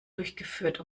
durchgeführt